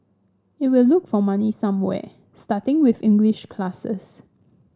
it will look for money somewhere starting with English classes